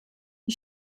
die